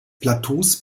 plateaus